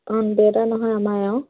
নহয় আমাৰ এওঁ